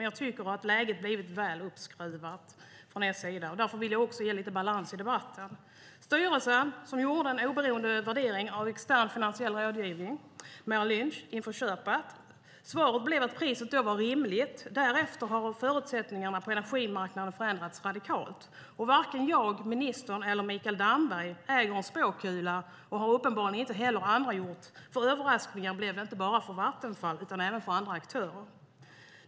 Jag tycker dock att tonläget blivit väl uppskruvat från er sida, och därför vill jag ge lite balans i debatten. Styrelsen lät göra en oberoende värdering av en extern finansiell rådgivare, Merrill Lynch, inför köpet. Svaret blev att priset då var rimligt. Därefter har förutsättningarna på energimarknaden förändrats radikalt. Varken jag, ministern eller Mikael Damberg äger en spåkula, och det har uppenbarligen inte heller andra gjort, för överraskningar blev det inte bara för Vattenfall utan även för andra aktörer.